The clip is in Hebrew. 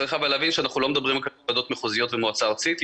אבל צריך להבין שאנחנו לא מדברים רק על ועדות מחוזיות ומועצה ארצית.